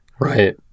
Right